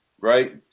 right